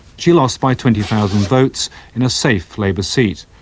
she lost by twenty thousand votes in a safe labour seat.